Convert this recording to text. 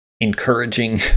encouraging